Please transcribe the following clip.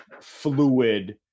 fluid